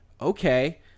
Okay